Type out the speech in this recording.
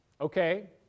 Okay